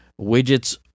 widgets